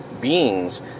beings